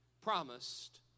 promised